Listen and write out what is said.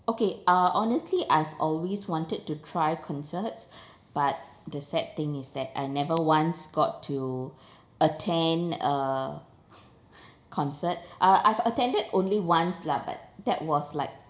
okay uh honestly I've always wanted to try concerts but the sad thing is that I never once got to attend a concert uh I've attended only once lah but that was like